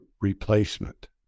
replacement